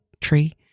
tree